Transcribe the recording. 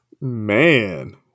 Man